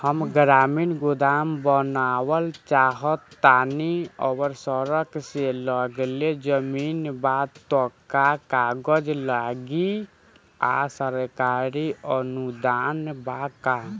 हम ग्रामीण गोदाम बनावल चाहतानी और सड़क से लगले जमीन बा त का कागज लागी आ सरकारी अनुदान बा का?